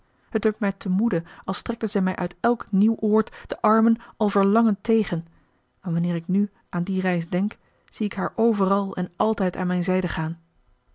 het werd mij te moede als strekte zij mij uit elk nieuw oord de armen al verlangend tegen en wanneer ik nu aan die reis denk zie ik haar overal en altijd aan mijn zijde gaan